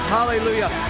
Hallelujah